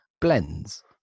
blends